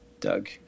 Doug